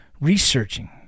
researching